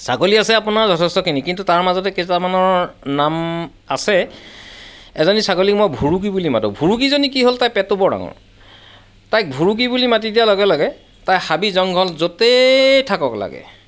ছাগলী আছে আপোনাৰ যথেষ্টখিনি কিন্তু তাৰ মাজতে কেইটামানৰ নাম আছে এজনী ছাগলীক মই ভুৰুকি বুলি মাতোঁ ভুৰুকিজনী কি হ'ল তাইৰ পেটটো বৰ ডাঙৰ তাইক ভুৰুকি বুলি মাতি দিয়াৰ লগে লগে তাই হাবি জংঘল য'তেই থাকক লাগে